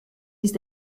ist